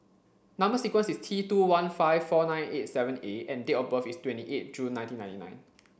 number sequence is T two one five four nine eight seven A and date of birth is twenty eight June nineteen ninety nine